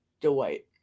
Dwight